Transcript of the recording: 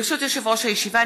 ברשות יושב-ראש הישיבה,